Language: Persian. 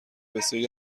بسیاری